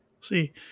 See